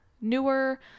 newer